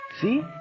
See